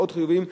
ועוד חיובים.